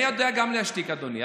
אני יודע גם להשתיק, אדוני.